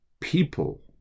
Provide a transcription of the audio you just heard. people